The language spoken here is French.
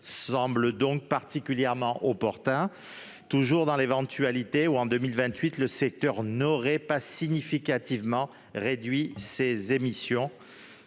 semble donc particulièrement opportun, toujours dans l'éventualité où, en 2028, le secteur n'aurait pas significativement réduit ses émissions.